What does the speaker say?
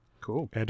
Cool